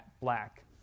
black